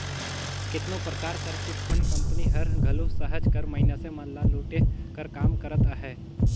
केतनो परकार कर चिटफंड कंपनी हर घलो सहज कर मइनसे मन ल लूटे कर काम करत अहे